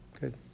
Good